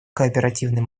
кооперативной